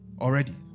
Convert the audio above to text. already